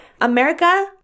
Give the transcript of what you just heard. America